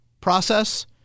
process